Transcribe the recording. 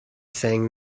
saying